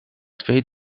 twee